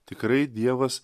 tikrai dievas